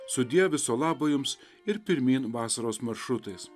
sudie viso labo jums ir pirmyn vasaros maršrutais